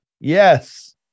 Yes